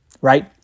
right